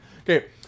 Okay